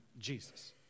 Jesus